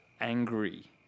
angry